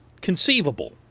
conceivable